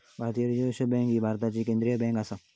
भारतीय reserve bank भारताची केंद्रीय बँक आसा